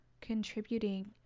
contributing